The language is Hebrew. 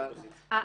לכן --- יעל,